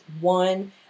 one